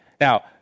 Now